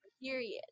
Period